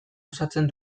osatzen